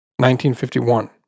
1951